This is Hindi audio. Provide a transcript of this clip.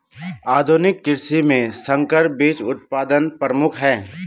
आधुनिक कृषि में संकर बीज उत्पादन प्रमुख है